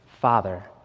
Father